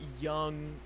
young